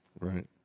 Right